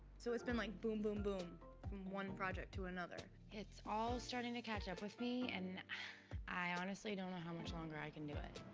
so it's been like boom, boom, boom from one project to another. it's all starting to catch up with me, and i honestly don't know how much longer i can do it.